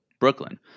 Brooklyn